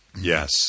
yes